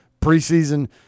Preseason